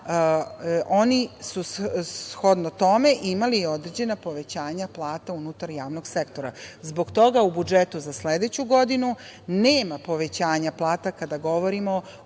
oni shodno tome imali određena povećanja plata unutar javnog sektora. Zbog toga, u budžetu za sledeću godinu nema povećanja plata kada govorimo o